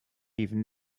even